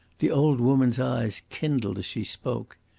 the old woman's eyes kindled as she spoke.